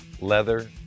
leather